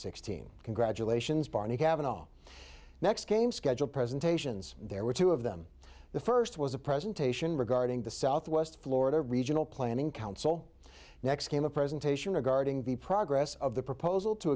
sixteen congratulations barney kavanagh next came scheduled presentations there were two of them the first was a presentation regarding the southwest florida regional planning council next came a presentation regarding the progress of the proposal to